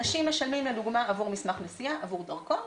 אנשים משלמים לדוגמא עבור מסמך נסיעה, עבור דרכון,